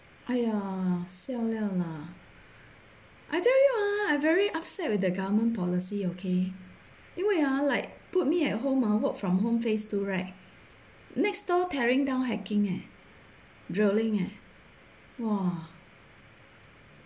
!aiya! siao liao lah I tell you ah I very upset with the government policy okay 因为 ah like put me at home orh work from home phase two right next door tearing down hacking eh drilling eh !wah!